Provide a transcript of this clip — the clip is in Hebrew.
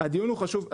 הדיון הוא חשוב.